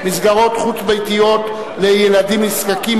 מסגרות חוץ-ביתיות לילדים נזקקים),